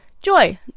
joy